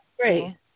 great